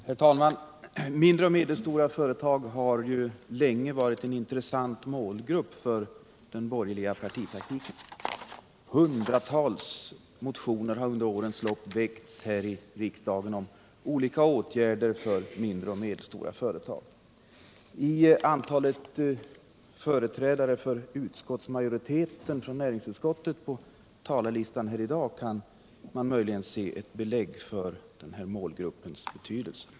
Herr talman! Mindre och medelstora företag har länge varit en intressant målgrupp för den borgerliga partitaktiken. Hundratals motioner har under årens lopp väckts här i riksdagen om olika åtgärder för de mindre och medelstora företagen. I det antal företrädare för utskotts majoriteten i näringsutskottet som finns på talarlistan i dag kan vi möj Nr 56 ligen se ett belägg för den här målgruppens betydelse.